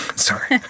Sorry